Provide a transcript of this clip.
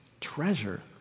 Treasure